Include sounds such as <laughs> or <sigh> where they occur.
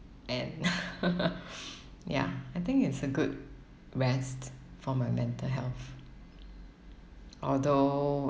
and <laughs> ya I think it's a good rest for my mental health although